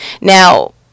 Now